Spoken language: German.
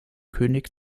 könig